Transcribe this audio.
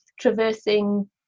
traversing